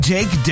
Jake